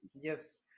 Yes